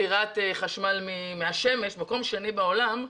ביצירת חשמל מהשמש, מקום שני בעולם,